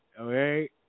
okay